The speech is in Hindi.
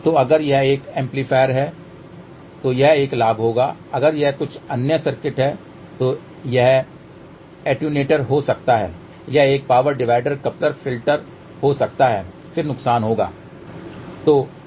तो अगर यह एक एम्पलीफायर है तो यह एक लाभ होगा अगर यह कुछ अन्य सर्किट है तो यह एटेन्यूएटर हो सकता है यह एक पावर डिवाइडर कपलर फिल्टर हो सकता है फिर नुकसान होगा